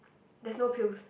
there's no pills